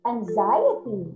Anxiety